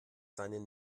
seinen